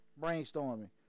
brainstorming